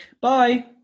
Bye